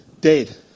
Dead